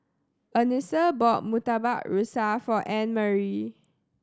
Anissa bought Murtabak Rusa for Annmarie